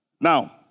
Now